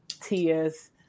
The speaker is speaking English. tears